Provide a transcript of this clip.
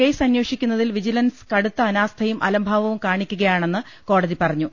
case അന്വേ ഷിക്കുന്നതിൽ vigilance കടുത്ത അനാസ്ഥിയും അലംഭാവവും കാണിക്കുകയാണെന്ന് കോടതി പറഞ്ഞു